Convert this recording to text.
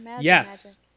yes